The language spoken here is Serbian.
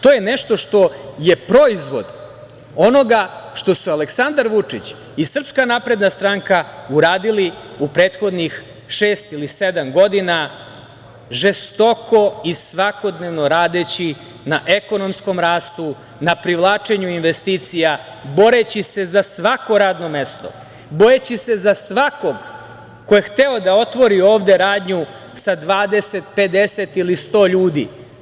To je nešto što je proizvod onoga što su Aleksandar Vučić i SNS uradili u prethodnih šest ili sedam godina, žestoko i svakodnevno radeći na ekonomskom rastu, na privlačenju investicija, boreći se za svako radno mesto, boreći se za svakog ko je hteo da otvori ovde radnju sa 20, 50 ili 100 ljudi.